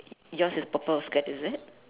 yours is purple skirt is it